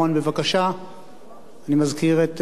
אני מזכיר את מגבלות הזמן שלנו,